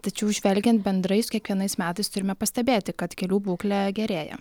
tačiau žvelgiant bendrai su kiekvienais metais turime pastebėti kad kelių būklė gerėja